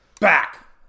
back